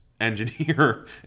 engineer